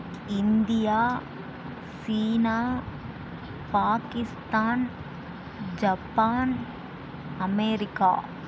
India China Pakistan Japan America